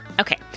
Okay